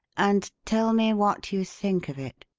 and tell me what you think of it.